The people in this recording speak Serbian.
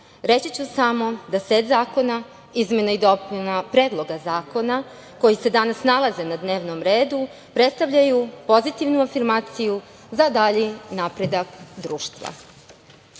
reći ću samo da set zakona izmena i dopuna predloga zakona koji se danas nalaze na dnevnom redu predstavljaju pozitivnu afirmaciju za dalji napredak društva. Kada